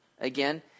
again